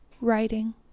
writing